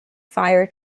fire